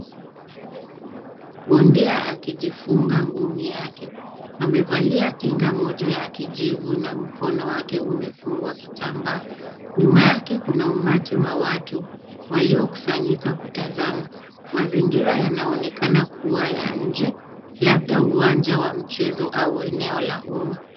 Bondia akijifunga ngumi yake. Amevalia kinga moja ya kijivu na mkono wake umefungwa kitambaa. Nyuma yake kuna umati wa watu, waliokusanyika kutazama. Mazingira yanaonekana kuwa ya nje, labda uwanja wa mchezo au eneo la umma.